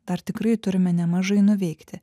dar tikrai turime nemažai nuveikti